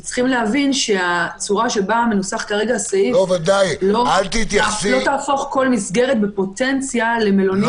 יש להבין שהצורה שבה מנוסח הסעיף לא תהפוך כל מסגרת בפוטנציה למלונית